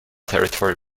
territory